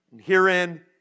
Herein